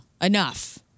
enough